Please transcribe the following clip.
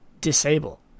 disable